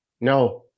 No